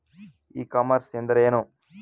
E commerce ಎಂದರೆ ಏನು?